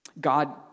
God